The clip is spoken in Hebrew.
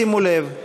שימו לב.